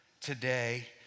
today